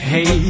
Hey